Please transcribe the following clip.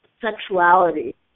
sexuality